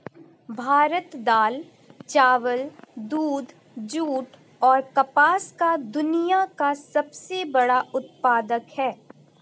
भारत दाल, चावल, दूध, जूट, और कपास का दुनिया का सबसे बड़ा उत्पादक है